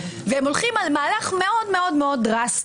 והם הולכים על מהלך מאוד דרסטי.